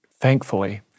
thankfully